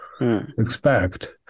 expect